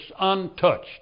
untouched